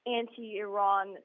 anti-Iran